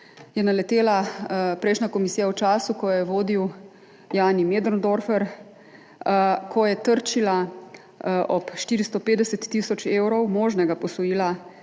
je naletela prejšnja komisija v času, ko jo je vodil Jani Möderndorfer, ko je trčila ob 450 tisoč evrov možnega posojila